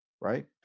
right